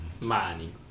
Money